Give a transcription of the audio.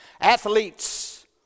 Athletes